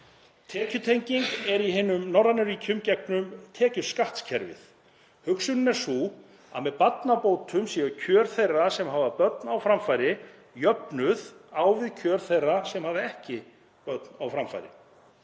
Tekjutengingin er í öðrum norrænum ríkjum í gegnum tekjuskattskerfið. Hugsunin er sú að með barnabótum séu kjör þeirra sem hafa börn á framfæri jöfnuð á við kjör þeirra sem hafa ekki börn á framfæri.